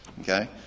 Okay